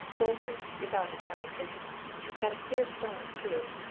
bolted without a doubt! and she's got a clear start, too.